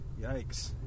yikes